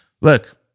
look